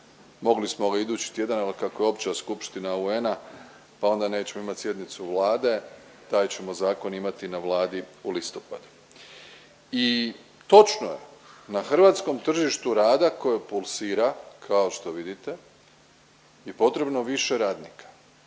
Mogli smo ga idući tjedan ali kako je Opća skupština UN-a pa onda nećemo imat sjednicu Vlade, taj ćemo zakon imati na Vladi u listopadu i točno je na hrvatskom tržištu rada koje pulsira kao što vidite je potrebno više radnika.